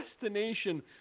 destination